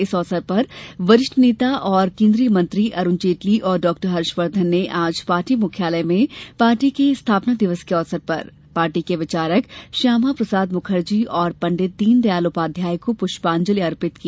इस अवसर पर वरिष्ठ नेता और केन्द्रीय मंत्री अरूण जेटली और डॉक्टर हर्षवर्धन ने आज पार्टी मुख्यालय में पार्टी के स्थापना दिवस के अवसर पर पार्टी के विचारक श्यामाप्रसाद मुखर्जी और पंडित दीनदयाल उपाध्याय को पुष्पांजलि अर्पित की